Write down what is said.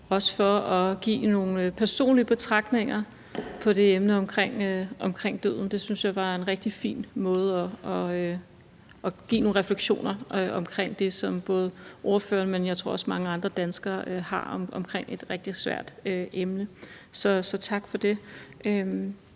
også for at komme med nogle personlige betragtninger om det emne, altså døden. Det synes jeg var nogle rigtige fine refleksioner over det, som både ordføreren, men jeg tror også mange andre danskere synes er et rigtig svært emne. Så tak for det.